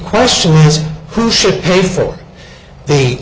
question is who should pay for the